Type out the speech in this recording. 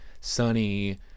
sunny